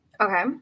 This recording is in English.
Okay